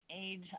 age